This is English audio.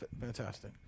Fantastic